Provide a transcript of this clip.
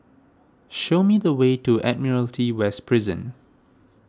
show me the way to Admiralty West Prison